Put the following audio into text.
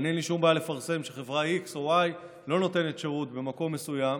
אין לי שום בעיה לפרסם שחברה X או Y לא נותנת שירות במקום מסוים,